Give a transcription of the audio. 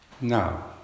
now